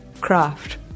craft